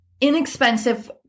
inexpensive